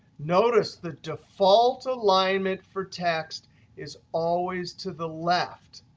notice the default alignment for text is always to the left.